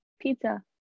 pizza